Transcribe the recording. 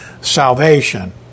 salvation